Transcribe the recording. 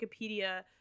wikipedia